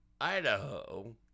Idaho